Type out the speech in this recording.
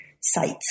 sites